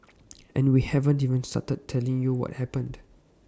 and we haven't even started telling you what happened